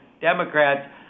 Democrats